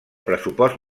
pressupost